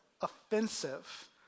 offensive